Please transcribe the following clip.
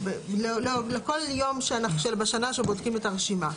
לכל יום בשנה שבודקים את הרשימה,